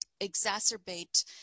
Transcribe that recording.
exacerbate